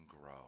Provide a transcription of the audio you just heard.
grow